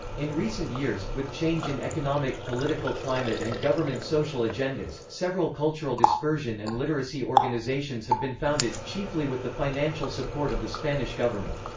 in recent years, with change in economic political climate and government social agendas, several cultural dispersion and literacy organizations have been founded, chiefly with the financial support of the spanish government.